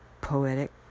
Poetic